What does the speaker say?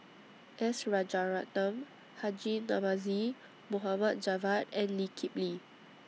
S Rajaratnam Haji Namazie Mohd Javad and Lee Kip Lee